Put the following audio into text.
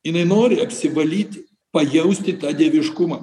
jinai nori apsivalyti pajausti tą dieviškumą